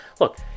look